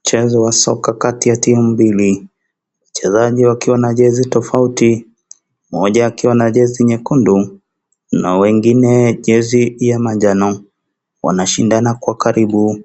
Mchezo wa soka kati ya timu mbili, wachezaji wakiwa na jezi tofauti. Mmoja akiwa na jezi nyekundu na wengine jezi ya manjano, wanashindana kwa karibu.